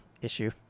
issue